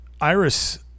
Iris